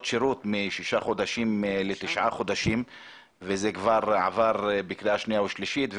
שירות משישה חודשים לתשעה חודשים וזה כבר עבר בקריאה שנייה ושלישית,